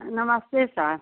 नमस्ते सर